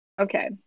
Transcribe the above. okay